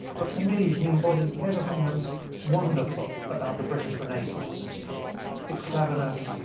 but for me he embodies everything that's wonderful about the british renaissance its cleverness,